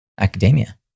academia